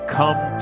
come